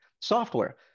software